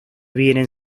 vienen